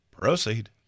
proceed